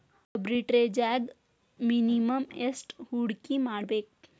ಆರ್ಬಿಟ್ರೆಜ್ನ್ಯಾಗ್ ಮಿನಿಮಮ್ ಯೆಷ್ಟ್ ಹೂಡ್ಕಿಮಾಡ್ಬೇಕ್?